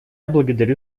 благодарю